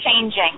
changing